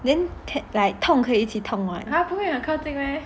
then like 痛可以一起痛 [what]